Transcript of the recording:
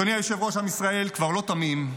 אדוני היושב-ראש, עם ישראל כבר לא תמים.